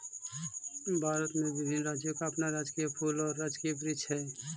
भारत में विभिन्न राज्यों का अपना राजकीय फूल और राजकीय वृक्ष हई